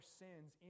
sins